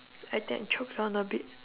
I think I choke on a bit